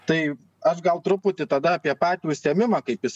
tai aš gal truputį tada apie patį užsiėmimą kaip jis